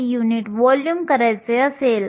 valence band h मधील अवस्थांची ही प्रभावी घनता आहे